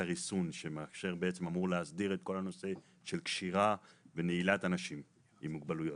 הריסון שאמור להסדיר את כל הנושא של קשירה ונעילת אנשים עם מוגבלויות.